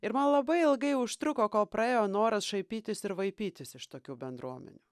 ir man labai ilgai užtruko kol praėjo noras šaipytis ir vaipytis iš tokių bendruomenių